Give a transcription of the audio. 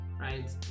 right